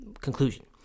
conclusion